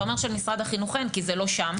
אתה אומר של משרד החינוך אין, כי זה לא שם.